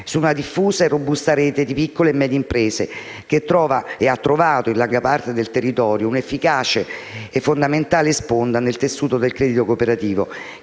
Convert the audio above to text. su una diffusa e robusta rete di piccole e medie imprese, che trova e ha trovato, in larga parte del territorio, una efficace e fondamentale sponda nel tessuto del credito cooperativo